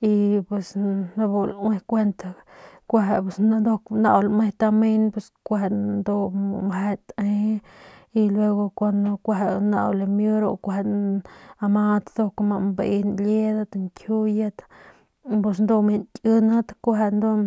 y pus be lue kuent kueje nau lme tamin pus kueje ndu mje te y luego kuando kueje nau limie ama mbin liedat y nkiuyit pus du me nkiendat nbiudat mjieng.